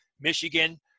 Michigan